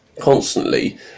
constantly